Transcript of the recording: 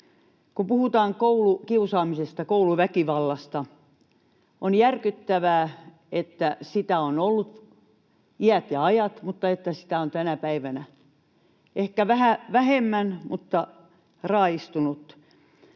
Kun puhutaan koulukiusaamisesta, kouluväkivallasta, on järkyttävää, että sitä on ollut iät ja ajat mutta sitä on tänäkin päivänä — ehkä vähän vähemmän, mutta raaistunutta.